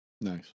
Nice